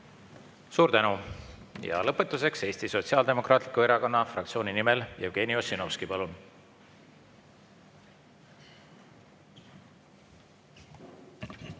Suur tänu! Lõpetuseks Eesti Sotsiaaldemokraatliku Erakonna fraktsiooni nimel Jevgeni Ossinovski, palun!